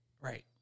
Right